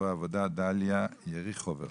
משרד העבודה, דליה יריחובר,